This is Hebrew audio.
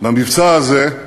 במבצע הזה,